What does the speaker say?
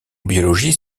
biologie